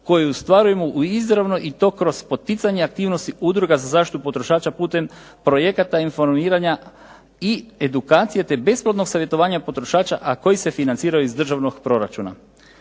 koji ostvarujemo u izravnoj i to kroz poticanje aktivnosti udruga za zaštitu potrošača putem projekata informiranja i edukacije te besplatnog savjetovanja potrošača a koji se financiraju iz državnog proračuna.